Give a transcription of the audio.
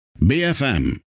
BFM